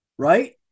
right